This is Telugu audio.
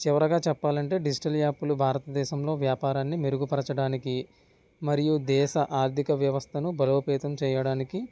చివరగా చెప్పాలంటే డిజిటల్ యాప్లు భారతదేశంలో వ్యాపారాన్ని మెరుగుపరచడానికి మరియు దేశ ఆర్థిక వ్యవస్థను బలోపేతం చేయడానికి